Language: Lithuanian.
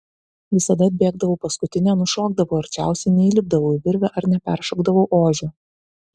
visada atbėgdavau paskutinė nušokdavau arčiausiai neįlipdavau į virvę ar neperšokdavau ožio